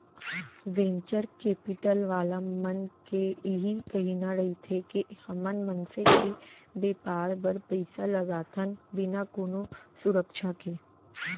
venture capital वाला मन के इही कहिना रहिथे के हमन मनसे के बेपार बर पइसा लगाथन बिना कोनो सुरक्छा के